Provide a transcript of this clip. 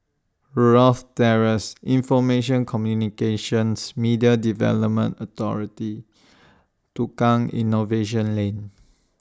Rosyth Terrace Infomation Communications Media Development Authority Tukang Innovation Lane